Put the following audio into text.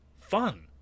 fun